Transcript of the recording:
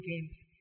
games